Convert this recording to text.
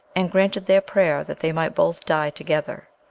and granted their prayer that they might both die together.